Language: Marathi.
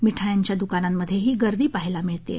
मिठायांच्या दुकानांमधेही गर्दी पहायला मिळते आहे